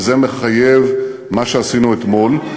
וזה מחייב מה שעשינו אתמול,